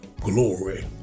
glory